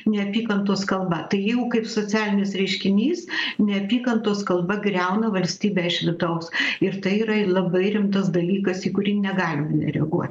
neapykantos kalba tai jau kaip socialinis reiškinys neapykantos kalba griauna valstybę iš vidaus ir tai yra labai rimtas dalykas į kurį negalim nereaguo